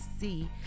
see